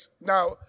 now